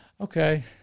Okay